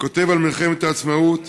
שכותב על מלחמת העצמאות